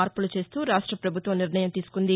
మార్పులు చేస్తూ రాష్ట పభుత్వం నిర్ణయం తీసుకుంది